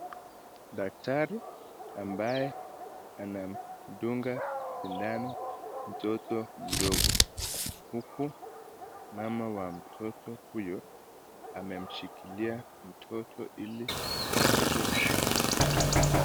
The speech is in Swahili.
Daktari ambaye anamdunga sindano mtoto mdogo huku mama wa mtoto huyo ameshikilia mtot ili aweze kupata chanjo.